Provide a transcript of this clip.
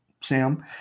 Sam